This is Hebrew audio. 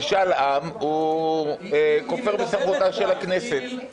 משאל עם הוא כופר בסמכותה של הכנסת,